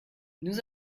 nous